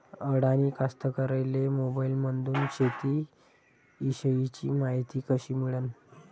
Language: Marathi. अडानी कास्तकाराइले मोबाईलमंदून शेती इषयीची मायती कशी मिळन?